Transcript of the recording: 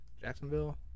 Jacksonville